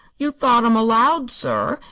you thought em aloud, sir,